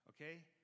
Okay